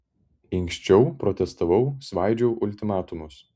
inkščiau protestavau svaidžiau ultimatumus